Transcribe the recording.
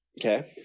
Okay